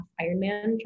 Ironman